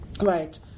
Right